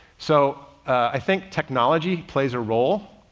so i think technology plays a role,